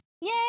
Yay